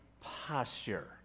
posture